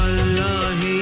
Allah